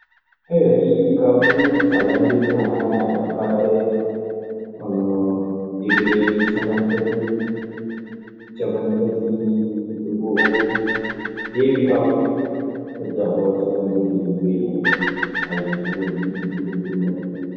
ɗii ɗiɗi kaa fuu, so alandike kan, hanaa ƴaɓɓaade hono degereeji capanɗe tati, capanɗe tati e go'o. Ko heewi kaa fuu fati ƴaɓɓo capanɗe tati e joy en ɗon kaa. ɗun woni ɗi ɗiɗi fuu ɗun ɓuri moƴƴude.